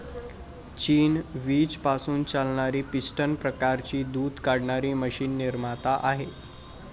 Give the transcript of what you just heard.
चीन वीज पासून चालणारी पिस्टन प्रकारची दूध काढणारी मशीन निर्माता आहे